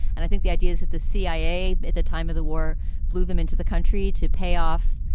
and i think the idea is that the cia at the time of the war flew them into the country to pay off,